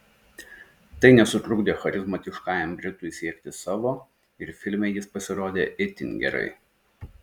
tai nesutrukdė charizmatiškajam britui siekti savo ir filme jis pasirodė itin gerai